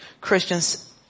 Christians